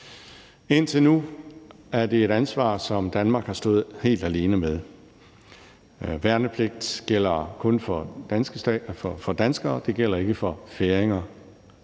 Indtil nu er det et ansvar, som Danmark har stået helt alene med. Værnepligten gælder kun for danskere; den gælder ikke for færinger